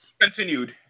Continued